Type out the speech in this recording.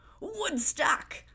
Woodstock